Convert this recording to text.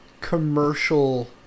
commercial